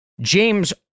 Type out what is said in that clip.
James